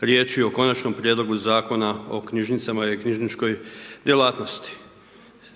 riječi o Konačnom prijedlogu o knjižnicama i knjižničnoj djelatnosti.